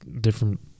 different